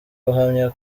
uhamya